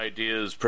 Ideas